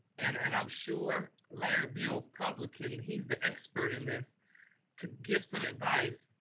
and and i'm sure larry bill probably can he's the expert in this could give some advice,